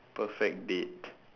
perfect date